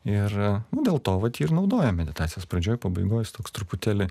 ir nu dėl to vat jį ir naudoja meditacijos pradžioj pabaigoj jis toks truputėlį